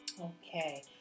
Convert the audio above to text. Okay